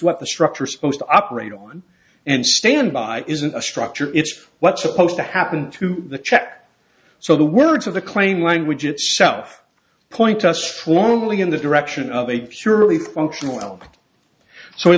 what the structure supposed to operate on and stand by isn't a structure it's what's supposed to happen to the check so the words of the claim language itself point us strongly in the direction of a surely functional so we